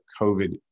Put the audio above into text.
COVID